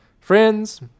friends